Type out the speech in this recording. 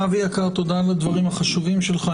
אבי היקר, תודה על הדברים החשובים שלך.